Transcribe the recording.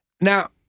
Now-